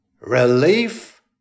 Relief